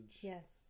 Yes